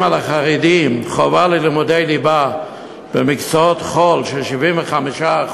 על החרדים חובה ללימודי ליבה במקצועות חול של 75%,